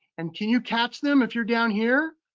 and can you catch them if you're down here?